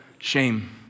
shame